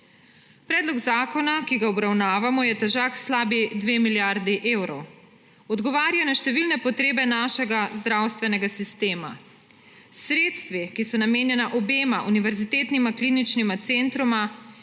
Predlog zakona, ki ga obravnavamo, je težak slabi dve milijardi evrov, odgovarja na številne potrebe našega zdravstvenega sistema. S sredstvi, ki so namenjena obema univerzitetnima kliničnima centroma,